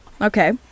Okay